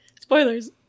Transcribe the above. spoilers